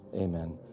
amen